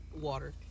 water